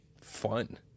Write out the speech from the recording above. fun